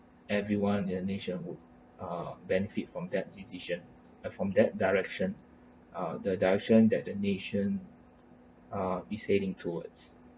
everyone their nation would ah benefit from that decision uh from that direction uh the direction that the nation ah is heading towards